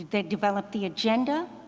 they develop the agenda,